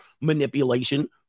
manipulation